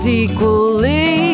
equally